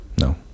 No